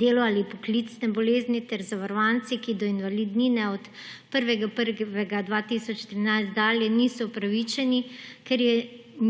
delu ali poklicne bolezni, ter zavarovanci, ki do invalidnine od 1. 1. 2013 dalje niso upravičeni, ker je